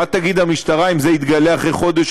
מה תגיד המשטרה אם זה יתגלה אחרי חודש,